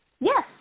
Yes